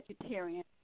vegetarian